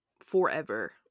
Forever